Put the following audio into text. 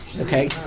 Okay